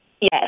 Yes